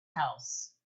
house